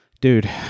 Dude